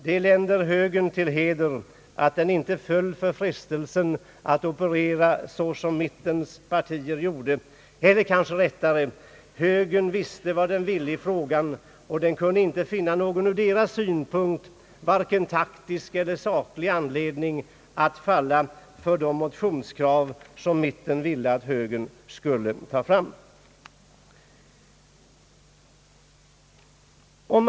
Det länder högern till heder att den inte föll för frestelsen att operera som mittenpartierna ville. Eller kanske rättare: Högern visste vad den ville i frågan, och den kunde inte finna någon ur sin synpunkt varken taktisk eller saklig anledning att falla för de motionskrav som mitten ville att högern skulle framlägga.